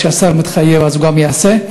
כשהשר מתחייב אז הוא גם יעשה,